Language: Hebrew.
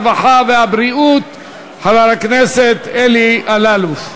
הרווחה והבריאות חבר הכנסת אלי אלאלוף.